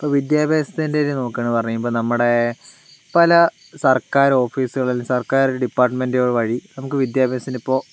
ഇപ്പോൾ വിദ്യാഭ്യാസത്തിൻ്റെ കാര്യം നോക്കുകയാണെങ്കിൽ പറയുമ്പോൾ നമ്മുടെ പല സർക്കാർ ഓഫീസുകളിൽ സർക്കാർ ഡിപ്പാർട്ട്മെൻറ്റുകൾ വഴി നമുക്ക് വിദ്യാഭ്യാസത്തിനിപ്പോൾ